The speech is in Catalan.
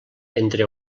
entre